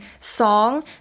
song